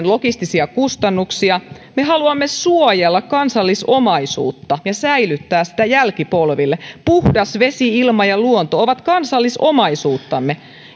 logistisia kustannuksia me haluamme suojella kansallisomaisuutta ja säilyttää sitä jälkipolville puhdas vesi ilma ja luonto ovat kansallisomaisuuttamme